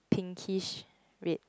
pinkish red